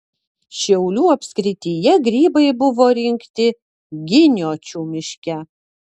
šiaulių apskrityje grybai buvo rinkti giniočių miške